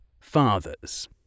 father's